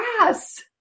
grass